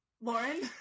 Lauren